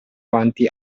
dinanzi